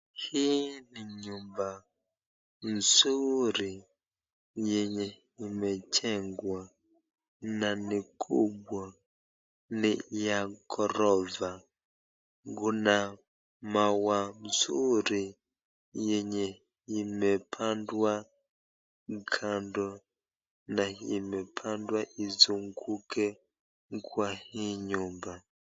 Hii ni nyumba mzuri yenye imejengwa, na ni kubwa ni ya ghorofa. Kuna maua mzuri yenye imepandwa kando na imepandwa izunguke kwa hii nyumba.